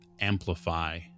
amplify